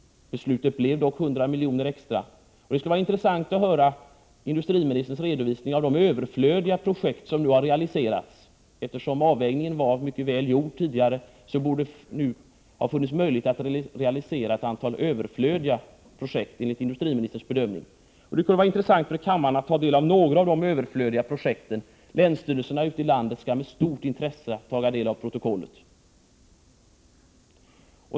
Beslutet resulterade i 100 milj.kr. extra. Det skulle vara intressant att höra industriministern redovisa de överflödiga projekt som nu har realiserats. Eftersom avvägningen var mycket välgjord tidigare borde det nu ha funnits möjlighet att realisera ett antal överflödiga projekt enligt industriministerns bedömning. Det kunde vara intressant att få ta del av några av de överflödiga projekten. Länsstyrelserna ute i landet skall med stort intresse ta del av protokollet.